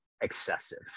excessive